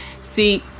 See